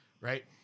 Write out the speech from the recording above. right